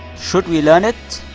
should we learn it?